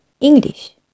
English